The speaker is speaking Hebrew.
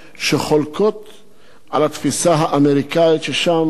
על התפיסה האמריקנית, ששם אסיר כמעט לא נחשב.